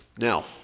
Now